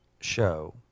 show